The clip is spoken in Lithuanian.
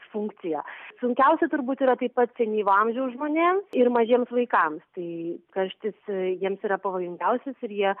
funkciją sunkiausia turbūt yra taip pat senyvo amžiaus žmonėm ir mažiems vaikams tai karštis jiems yra pavojingiausias ir jie